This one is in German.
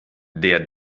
der